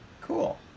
cool